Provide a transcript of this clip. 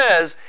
says